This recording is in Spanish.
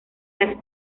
las